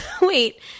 Wait